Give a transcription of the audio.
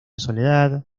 soledad